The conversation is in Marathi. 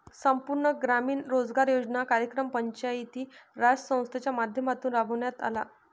संपूर्ण ग्रामीण रोजगार योजना कार्यक्रम पंचायती राज संस्थांच्या माध्यमातून राबविण्यात आला